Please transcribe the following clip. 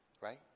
right